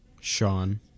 Sean